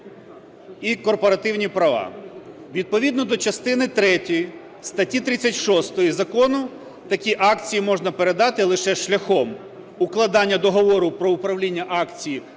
і корпоративні права. Відповідно до частини третьої статті 36 Закону такі акції можна передати лише шляхом укладання договору про управління акціями